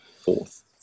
Fourth